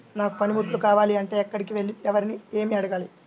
నాకు పనిముట్లు కావాలి అంటే ఎక్కడికి వెళ్లి ఎవరిని ఏమి అడగాలి?